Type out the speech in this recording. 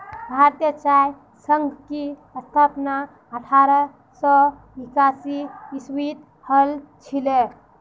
भारतीय चाय संघ की स्थापना अठारह सौ एकासी ईसवीत हल छिले